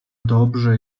dobrze